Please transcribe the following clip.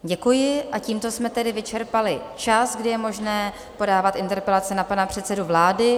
Děkuji a tímto jsme vyčerpali čas, kdy je možné podávat interpelace na pana předsedu vlády.